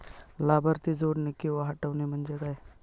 लाभार्थी जोडणे किंवा हटवणे, म्हणजे काय?